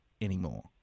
anymore